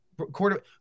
quarter